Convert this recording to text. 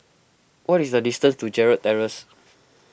what is the distance to Gerald Terrace